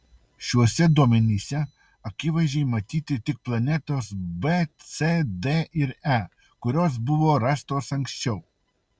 šiuose duomenyse akivaizdžiai matyti tik planetos b c d ir e kurios buvo rastos anksčiau